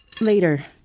Later